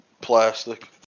plastic